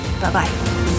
Bye-bye